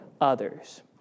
others